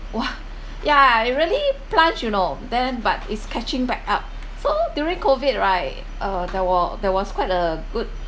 !wah! yeah it really plunged you know then but it's catching back up so during COVID right uh there wa~ there was quite a good